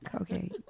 okay